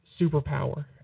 superpower